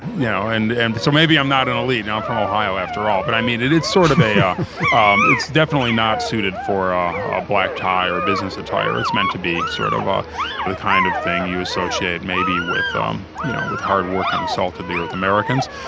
you know and and but so maybe i'm not an elite. i'm from ohio after all but i mean it's sort of um um definitely not suited for ah a black-tie or business attire. it's meant to be sort of ah of the kind of thing you associate maybe with, um you know, with hardworking salt of the earth americans.